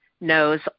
knows